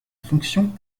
fonction